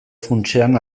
funtsean